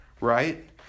Right